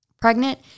pregnant